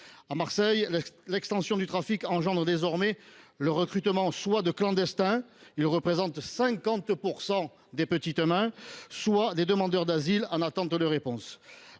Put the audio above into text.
À Marseille, l’extension du trafic engendre désormais le recrutement soit de clandestins – ils représentent 50 % des petites mains !–, soit de demandeurs d’asile en attente de réponse.